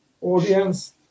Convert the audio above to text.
audience